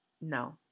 No